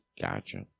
Gotcha